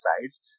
sides